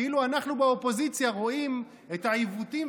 כאילו אנחנו באופוזיציה רואים את העיוותים,